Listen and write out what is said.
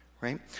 Right